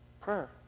Prayer